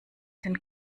den